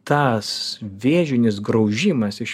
tas vėžinis graužimas iš